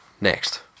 Next